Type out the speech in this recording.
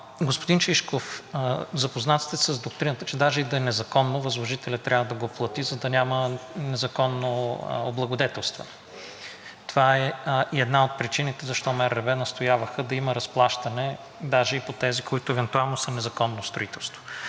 Господин Шишков, запознат сте с доктрината, че даже и да е незаконно, възложителят трябва да го плати, за да няма незаконно облагодетелстване. Това е и една от причините защо МРРБ настояваха да има разплащане даже и по тези, които евентуално са незаконно строителство.